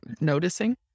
noticing